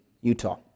Utah